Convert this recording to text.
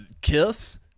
Kiss